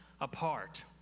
apart